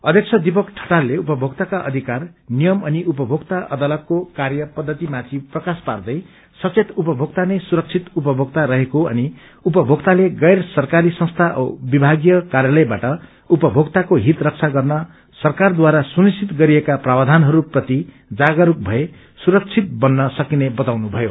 अध्यक्ष दिएक ठटालले उपभोक्तका अधिद्वार नियम अनि उपभोक्ता अदालतले कार्य पद्धतिपाथि प्रकाश पार्दै सचेत उपभोक्ता नै सुरक्षित उपभोक्ता रहेको अनि उपभोक्तले गैरसरकारी संस्था औ विभागीय कार्यालयबाट उपभोक्ताको हित रक्षा गर्न सरकारद्वारा सुनिश्चित गरिएका प्रावधानहरू प्रति जागरूक थए सुरक्षित बत्र सकिने बताउनुथयो